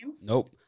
Nope